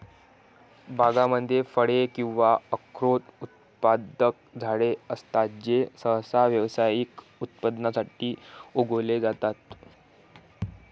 बागांमध्ये फळे किंवा अक्रोड उत्पादक झाडे असतात जे सहसा व्यावसायिक उत्पादनासाठी उगवले जातात